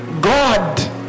God